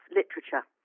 literature